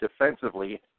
defensively